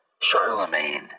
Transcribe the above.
Charlemagne